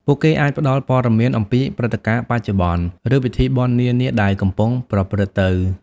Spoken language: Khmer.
ពួកគេអាចផ្តល់ព័ត៌មានអំពី ព្រឹត្តិការណ៍បច្ចុប្បន្ន ឬពិធីបុណ្យនានាដែលកំពុងប្រព្រឹត្តទៅ។